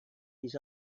his